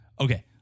okay